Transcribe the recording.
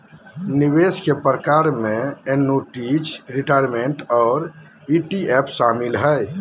निवेश के प्रकार में एन्नुटीज, रिटायरमेंट और ई.टी.एफ शामिल हय